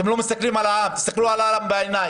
אתם לא מסתכלים על העם; תסתכלו על העם בעיניים,